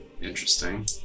Interesting